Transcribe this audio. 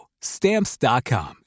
Stamps.com